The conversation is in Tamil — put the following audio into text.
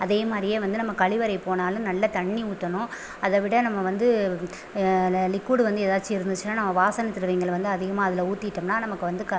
அதை மாதிரியே வந்து நம்ம கழிவறை போனாலும் நல்ல தண்ணி ஊற்றணும் அதை விட நம்ம வந்து அந்த லிக்யூடு வந்து எதாச்சம் இருந்துச்சுனா நா வாசனை திரவியங்கள் வந்து அதிகமாக அதில் ஊற்றிட்டம்னா நமக்கு வந்து